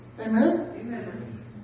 Amen